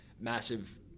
massive